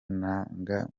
najyaga